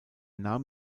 nahm